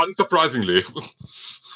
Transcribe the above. Unsurprisingly